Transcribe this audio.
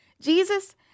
Jesus